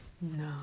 no